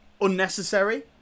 Unnecessary